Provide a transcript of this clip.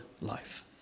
life